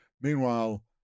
Meanwhile